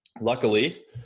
Luckily